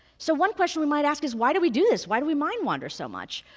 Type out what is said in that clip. so one question we might ask is why do we do this, why do we mind wander so much?